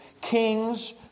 kings